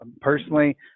personally